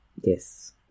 Yes